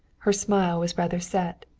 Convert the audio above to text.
her smile was rather set.